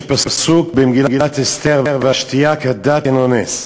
יש פסוק במגילת אסתר: "והשתִיה כדת אין אֹנס".